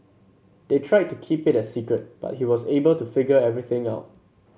they tried to keep it a secret but he was able to figure everything out